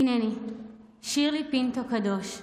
הינני, שירלי פינטו קדוש,